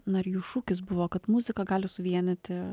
narių šūkis buvo kad muzika gali suvienyti